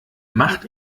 macht